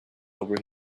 over